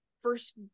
first